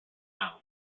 mouth